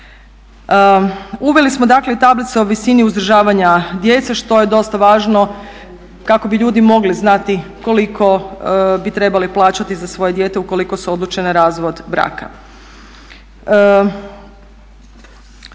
Uveli smo dakle i tablice o visini uzdržavanje djece što je dosta važno kako bi ljudi mogli znati koliko bi trebali plaćati za svoje dijete ukoliko se odluče na razvod braka.